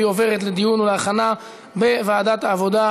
והיא עוברת לדיון ולהכנה בוועדת העבודה,